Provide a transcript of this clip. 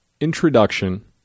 introduction